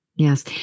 Yes